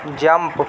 jump